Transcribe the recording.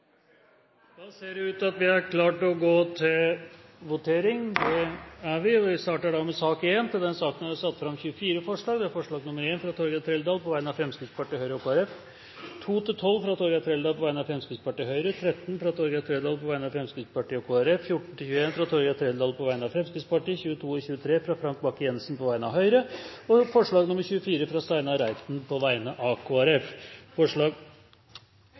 da til votering over sakene på dagens kart. Under debatten er det satt fram i alt 24 forslag. Det er forslag nr. 1, fra Torgeir Trældal på vegne av Fremskrittspartiet, Høyre og Kristelig Folkeparti forslagene nr. 2–12, fra Torgeir Trældal på vegne av Fremskrittspartiet og Høyre forslag nr. 13, fra Torgeir Trældal på vegne av Fremskrittspartiet og Kristelig Folkeparti forslagene nr. 14–21, fra Torgeir Trældal på vegne av Fremskrittspartiet forslagene nr. 22 og 23, fra Frank Bakke-Jensen på vegne av Høyre forslag nr. 24, fra Steinar Reiten på vegne av Kristelig Folkeparti Det voteres først over forslag